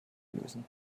lösen